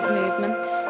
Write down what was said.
movements